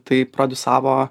tai prodiusavo